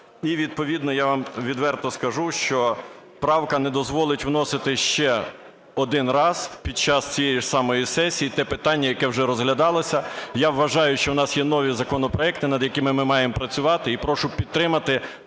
І, відповідно, я вам відверто скажу, що правка не дозволить вносити ще один раз під час цієї ж самої сесії те питання, яке вже розглядалося. Я вважаю, що у нас є нові законопроекти, над якими ми маємо працювати, і прошу підтримати